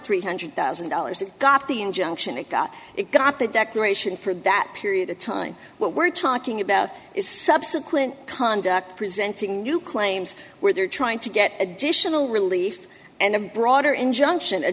three hundred thousand dollars got the injunction and got it got the declaration for that period of time what we're talking about is subsequent conduct presenting new claims where they're trying to get additional relief and a broader injunction